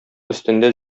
өстендә